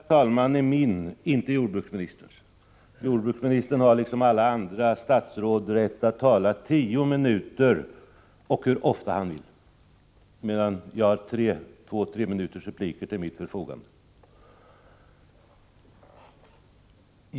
Herr talman! Tidsbristen är min, inte jordbruksministerns. Jordbruksministern har, liksom alla andra statsråd, rätt att tala i tio minuter och hur ofta han vill, medan jag har två treminutersrepliker till mitt förfogande.